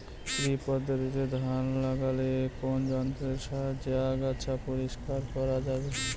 শ্রী পদ্ধতিতে ধান লাগালে কোন যন্ত্রের সাহায্যে আগাছা পরিষ্কার করা যাবে?